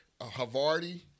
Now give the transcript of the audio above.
Havarti